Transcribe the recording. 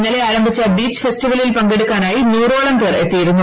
ഇന്നലെ ആരംഭിച്ച ബീച്ച് ഫെസ്റ്റിവലിൽ പങ്കെടുക്കാനായി നൂറോളം പേർ എത്തിയിരുന്നു